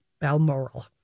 Balmoral